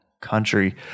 Country